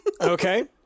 Okay